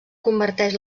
converteix